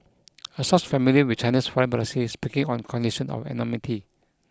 a source familiar with China's foreign policy is speaking on condition of anonymity